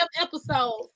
episodes